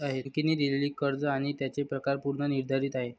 बँकांनी दिलेली कर्ज आणि त्यांचे प्रकार पूर्व निर्धारित आहेत